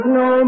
no